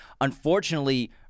unfortunately